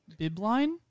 Bibline